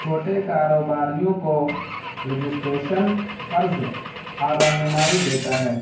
چھوٹے کاروباریوں کو رجسٹریشن قرض اور رہنمائی دیتا ہے